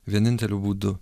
vieninteliu būdu